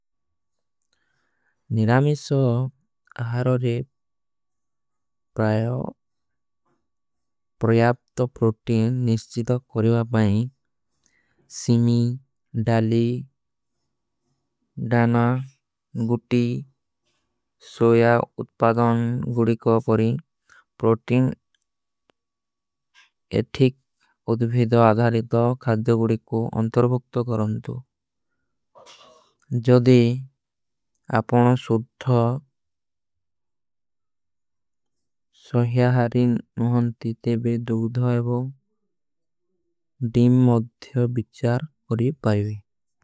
ନିରାମିଷ୍ଯୋ ଆହରୋରେ ପ୍ରଯାପ୍ତ ପ୍ରୋଟୀନ। ନିଷ୍ଚିଦ କରିଵା ପାଁଈଂ ସିମୀ, ଡାଲୀ, ଡାନା, ଗୁଟୀ, ସୋଯା। ଉତ୍ପାଦାନ ଗୁଡୀ କୋ ପରୀ ପ୍ରୋଟୀନ ଏଠିକ। ଉଦ୍ଭେଦ ଆଧାଲିତ ଖାଦ୍ଧଗୁଡୀ କୋ ଅଂତରଭୁକ୍ତ କରଂଦୁ ଜଦି। ଆପନା ସୁଦ୍ଧା ସହଯା ହାରୀନ ମୁହନ୍ତୀ। ତେଵେ ଦୁଦ୍ଧାଏଵୋ ଦିମ ମଦ୍ଧ୍ଯୋ ବିଚ୍ଚାର କରୀ ପାଏଵେ।